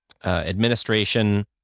Administration